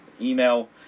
email